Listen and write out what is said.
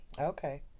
Okay